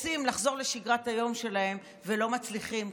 רוצים לחזור לשגרת היום שלהם ולא מצליחים,